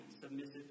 submissive